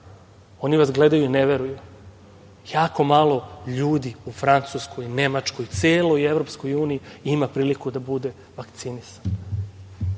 Oni vas gledaju i ne veruju. Jako malo ljudi u Francuskoj, Nemačkoj, celoj EU ima priliku da bude vakcinisan. Mi